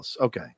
Okay